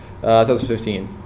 2015